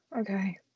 okay